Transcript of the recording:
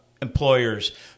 employers